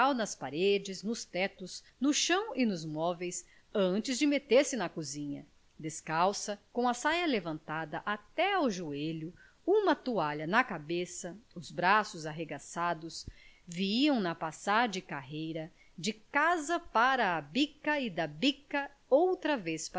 nas paredes nos tetos no chão e nos móveis antes de meter-se na cozinha descalça com a saia levantada até ao joelho uma toalha na cabeça os braços arregaçados viam na passar de carreira de casa para a bica e da bica outra vez